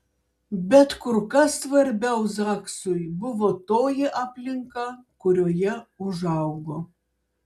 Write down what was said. bet kur kas svarbiau zaksui buvo toji aplinka kurioje užaugo